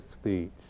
speech